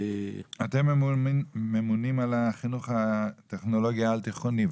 אתם ממונים על החינוך הטכנולוגי העל תיכוני,